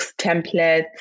templates